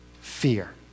fear